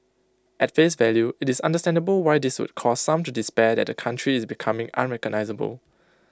at face value IT is understandable why this would cause some to despair that the country is becoming unrecognisable